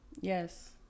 Yes